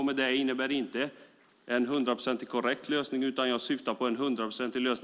Då menar jag inte en hundraprocentigt korrekt lösning utan 100 procent lån